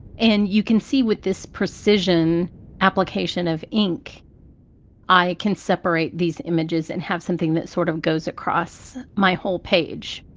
and you can see with this precision application of ink i can separate these images and have something that sort of goes across my whole page.